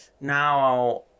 Now